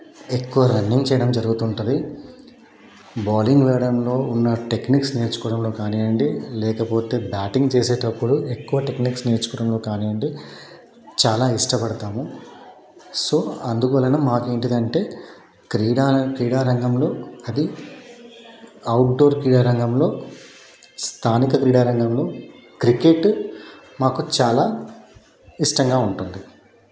ఎక్కువ రన్నింగ్ చేయడం జరుగుతూ ఉంటుంది బౌలింగ్ వేయడంలో ఉన్న టెక్నిక్స్ నేర్చుకోవడంలో కానివ్వండి లేకపోతే బ్యాటింగ్ చేసేటప్పుడు ఎక్కువ టెక్నిక్స్ నేర్చుకోవడంలో కానివ్వండి చాలా ఇష్టపడతాము సో అందువలన మాకు ఏంటంటే క్రీడా రం క్రీడా రంగంలో అది అవుట్డోర్ క్రీడా రంగంలో స్థానిక క్రీడారంగంలో క్రికెట్ మాకు చాలా ఇష్టంగా ఉంటుంది